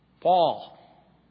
Paul